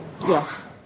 Yes